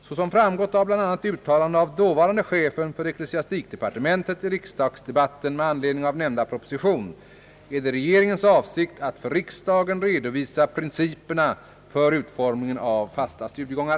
Såsom framgått av bl.a. uttalanden av dåvarande chefen för ecklesiastikdepartementet i riksdagsdebatten med anledning av nämnda proposition är det regeringens avsikt att för riksdagen redovisa principerna för utformningen av fasta studiegångar.